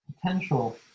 potential